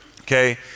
okay